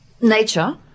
nature